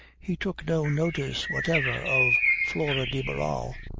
he took no notice whatever of flora de barral.